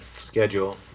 schedule